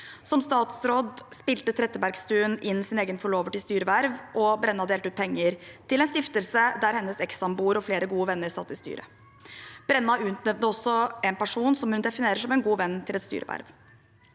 Som statsråd spilte Trettebergstuen inn sin egen forlover til styreverv, og Brenna delte ut penger til en stiftelse der hennes ekssamboer og flere gode venner satt i styret. Brenna utnevnte også en person hun definerer som en god venn, til et styreverv.